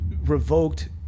revoked